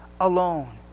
alone